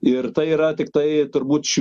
ir tai yra tiktai turbūt